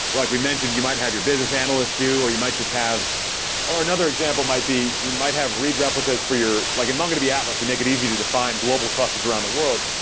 like we mentioned, you might have your business analyst do, or you might just have or another example might be you might have read replicas for your like in mongodb atlas, we make it easy to define global clusters around the world,